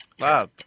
Wow